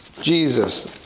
Jesus